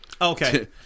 Okay